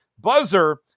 Buzzer